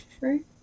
right